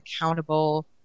accountable